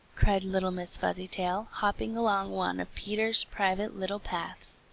cried little miss fuzzytail, hopping along one of peter's private little paths.